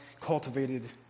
cultivated